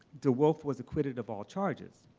de woolf was acquitted of all charges.